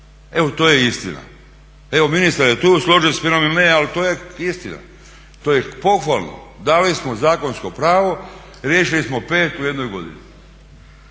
Evo to je istina. Evo ministar je tu, složio se s menom ili ne, ali to je istina. To je pohvalno. Dali smo zakonsko pravo. Riješili smo pet u jednoj godini.